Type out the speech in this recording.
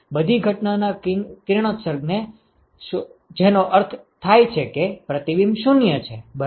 બધી ઘટના ના કિરણોત્સર્ગ જેનો અર્થ થાય છે કે પ્રતિબિંબ 0 છે બરાબર